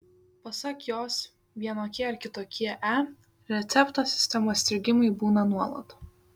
pasak jos vienokie ar kitokie e recepto sistemos strigimai būna nuolat